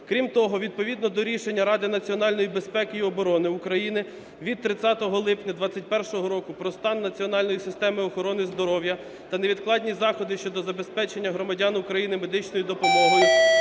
Крім того, відповідно до рішення Ради національної безпеки і оборони України від 30 липня 2021 року "Про стан національної системи охорони здоров'я та невідкладні заходи щодо забезпечення громадян України медичною допомогою",